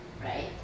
right